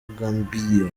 gambia